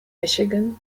michigan